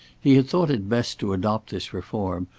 he had thought it best to adopt this reform,